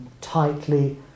tightly